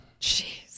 Jeez